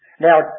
Now